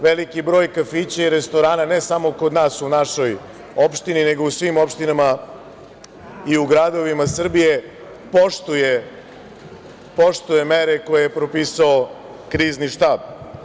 Veliki broj kafića i restorana, ne samo kod nas u našoj opštini, nego u svim opštinama i u gradovima Srbije, poštuje mere koje je propisao Krizni štab.